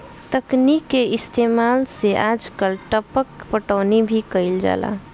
तकनीक के इस्तेमाल से आजकल टपक पटौनी भी कईल जाता